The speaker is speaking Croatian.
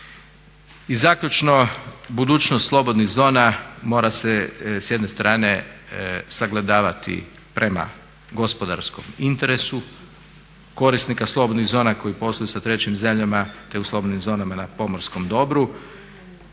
I zaključno, budućnost slobodnih zona mora se s jedne strane sagledavati prema gospodarskom interesu korisnika slobodnih zona koji posluju sa trećim zemljama te u slobodnim zonama na pomorskom dobru,